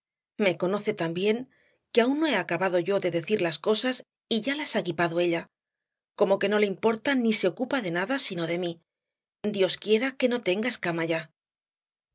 me conoce tan bien que aún no he acabado yo de decir las cosas y ya las ha guipado ella como que no le importa ni se ocupa de nada sino de mí dios quiera que no tenga escama ya